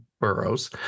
boroughs